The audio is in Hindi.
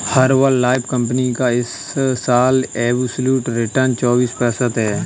हर्बललाइफ कंपनी का इस साल एब्सोल्यूट रिटर्न चौबीस प्रतिशत है